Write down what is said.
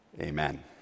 amen